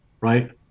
right